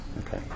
Okay